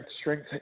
strength